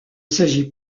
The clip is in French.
s’agit